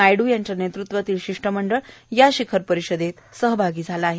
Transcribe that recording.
नायडू यांच्या नेतृत्वातील शिष्टमंडळ शिखर परिषदेत सहभागी झालं आहे